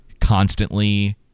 constantly